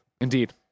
indeed